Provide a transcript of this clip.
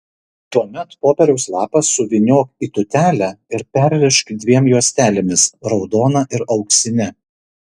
tuomet popieriaus lapą suvyniok į tūtelę ir perrišk dviem juostelėmis raudona ir auksine